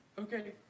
Okay